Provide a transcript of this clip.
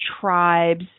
tribes